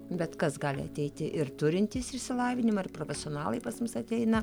bet kas gali ateiti ir turintys išsilavinimą ir profesionalai pas mus ateina